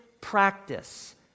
practice